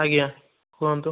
ଆଜ୍ଞା କୁହନ୍ତୁ